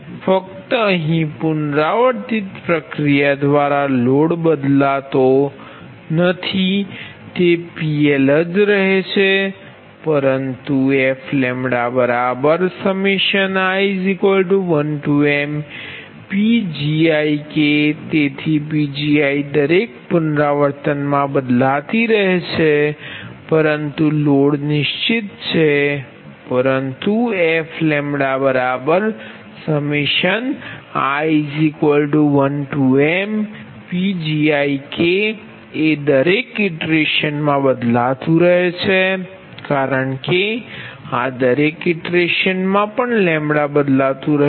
ફક્ત અહીં પુનરાવર્તિત પ્રક્રિયા દ્વારા લોડ બદલાતો નથી તે PL જ રહે છે પરંતુ fi1mPgiK તેથી Pgi દરેક પુનરાવર્તનમાં બદલાતી રહે છે પરંતુ લોડ નિશ્ચિત છે પરંતુ fi 1mPgiK એ દરેક ઇટરેશનમાં બદલાતું રહે છે કારણ કે આ દરેક ઇટરેશનમાં પણ બદલાતું રહે છે